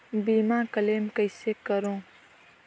बीमा क्लेम कइसे करों?